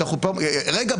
רגע,